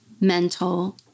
mental